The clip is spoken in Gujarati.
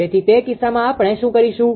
તેથી તે કિસ્સામાં આપણે શું કરીશું